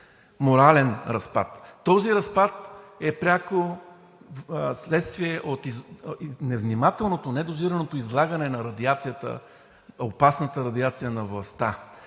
морален разпад. Този разпад е пряко следствие от невнимателното, недозираното излагане на радиацията, опасната радиация на властта.